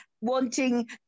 wanting